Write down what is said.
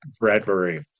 Bradbury